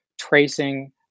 tracing